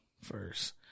first